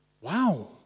Wow